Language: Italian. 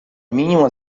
minimo